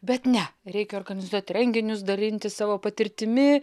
bet ne reikia organizuoti renginius dalintis savo patirtimi